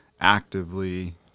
actively